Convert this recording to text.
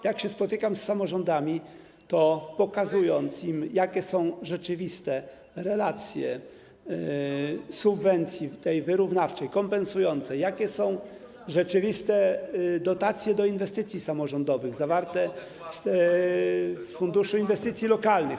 jak się spotykam z samorządami i pokazuję im, jakie są rzeczywiste relacje subwencji, tej wyrównawczej, kompensującej, jakie są rzeczywiste dotacje do inwestycji samorządowych zawarte w funduszu inwestycji lokalnych.